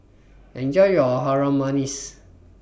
Enjoy your Harum Manis